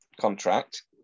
contract